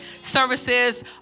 services